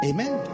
Amen